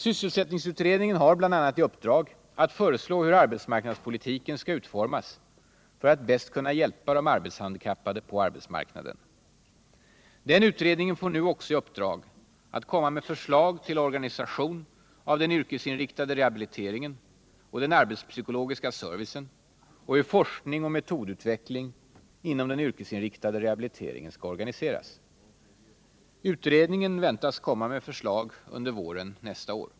Sysselsättningsutredningen har bl.a. i uppdrag att föreslå hur arbetsmarknadspolitiken skall utformas för att bäst kunna hjälpa de arbetshandikappade på arbetsmarknaden. Den utredningen får nu också i uppdrag att komma med förslag till organisation av den yrkesinriktade rehabiliteringen och den arbetspsykologiska servicen samt hur forskning och metodutveckling inom den yrkesinriktade rehabiliteringen skall organiseras. Utredningen väntas komma med ett förslag under våren nästa år.